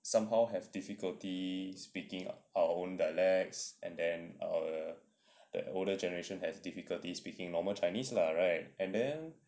somehow have difficulty speaking our own dialects and then err the older generation has difficulty speaking normal chinese lah right and then